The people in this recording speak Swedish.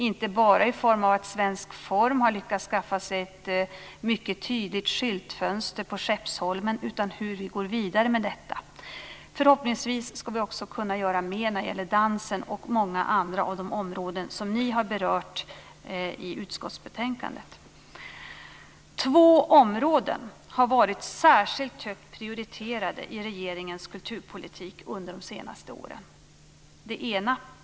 Det handlar inte bara om att Svensk Form har lyckats skaffa sig ett mycket tydligt skyltfönster på Skeppsholmen utan också om hur vi går vidare med detta. Förhoppningsvis ska vi också kunna göra mer när det gäller dansen och många andra av de områden som ni har berört i utskottsbetänkandet. Två områden har varit särskilt högt prioriterade i regeringens kulturpolitik under de senaste åren.